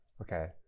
okay